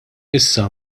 issa